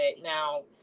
now